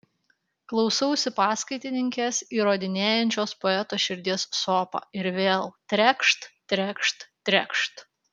klausausi paskaitininkės įrodinėjančios poeto širdies sopą ir vėl trekšt trekšt trekšt